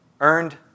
earned